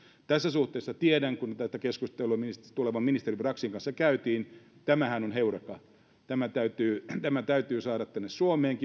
tässä suhteessa tiedän kun tätä keskustelua tulevan ministerin braxin kanssa käytiin tämähän on heureka tämä kansalaisaloiteinstituutio täytyy saada myöskin tänne suomeen